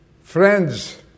Friends